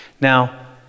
Now